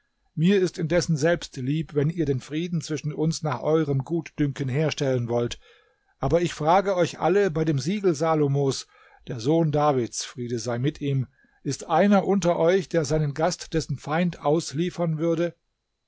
mir ist indessen selbst lieb wenn ihr den frieden zwischen uns nach euerem gutdünken herstellen wollt aber ich frage euch alle bei dem siegel salomos der sohn davids friede sei mit ihm ist einer unter euch der seinen gast dessen feind ausliefern würde